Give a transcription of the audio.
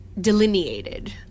delineated